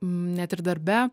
net ir darbe